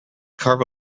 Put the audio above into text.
carve